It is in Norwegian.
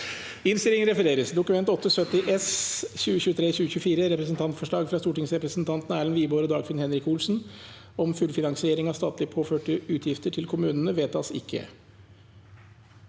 følgende v e d t a k : Dokument 8:70 S (2023–2024) – Representantforslag fra stortingsrepresentantene Erlend Wiborg og Dagfinn Henrik Olsen om fullfinansiering av statlig påførte utgifter til kommunene – vedtas ikke.